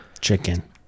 Chicken